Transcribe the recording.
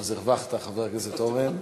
אז הרווחת, חבר הכנסת אורן.